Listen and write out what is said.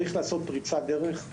צריך לעשות פריצת דרך,